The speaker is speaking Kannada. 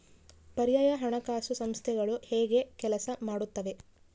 ಪರ್ಯಾಯ ಹಣಕಾಸು ಸಂಸ್ಥೆಗಳು ಹೇಗೆ ಕೆಲಸ ಮಾಡುತ್ತವೆ?